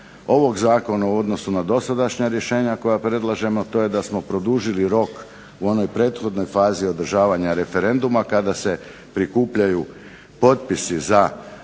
ovog zakona u odnosu na dosadašnja rješenja koja predlažemo, a to je da smo produžili rok u onoj prethodnoj fazi održavanja referenduma, kada se prikupljaju potpisi za